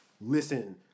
Listen